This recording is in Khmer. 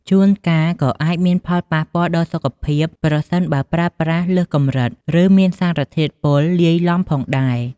ជួនកាលក៏អាចមានផលប៉ះពាល់ដល់សុខភាព ប្រសិនបើប្រើប្រាស់លើសកម្រិត ឬមានសារធាតុពុលលាយឡំផងដែរ។